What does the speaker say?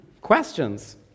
questions